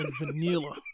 Vanilla